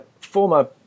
former